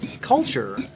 culture